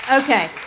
Okay